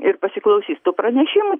ir pasiklausys tų pranešimų